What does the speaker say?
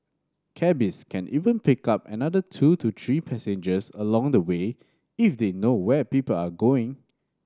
cabbies can even pick up another two to three passengers along the way if they know where people are going